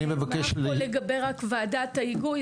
רק לגבי ועדת ההיגוי.